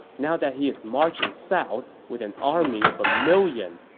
now that he is marching south with an army of a million,